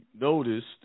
noticed